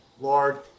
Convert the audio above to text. Lord